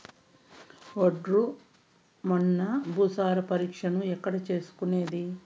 ఒండ్రు మన్ను భూసారం పరీక్షను ఎక్కడ చేసుకునేది?